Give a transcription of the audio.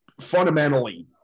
fundamentally –